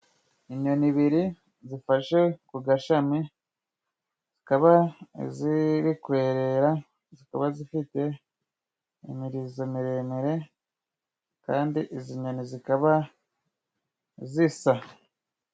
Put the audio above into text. Inyoni ibiri zifashe ku gashami ,zikaba ziri kwerera ,zikaba zifite imirizo miremire ,kandi izi nyoni zikaba zisa.